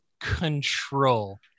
control